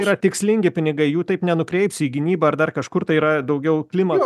yra tikslingi pinigai jų taip nenukreipsi į gynybą ar dar kažkur tai yra daugiau klimato